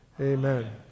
Amen